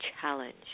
challenge